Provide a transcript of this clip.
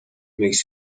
makes